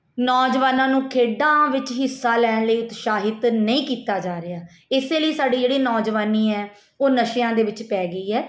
ਨੌਜਵਾਨਾਂ ਨੂੰ ਖੇਡਾਂ ਵਿੱਚ ਹਿੱਸਾ ਲੈਣ ਲਈ ਉਤਸ਼ਾਹਿਤ ਨਹੀਂ ਕੀਤਾ ਜਾ ਰਿਹਾ ਇਸੇ ਲਈ ਸਾਡੀ ਜਿਹੜੀ ਨੌਜਵਾਨੀ ਹੈ ਉਹ ਨਸ਼ਿਆਂ ਦੇ ਵਿੱਚ ਪੈ ਗਈ ਹੈ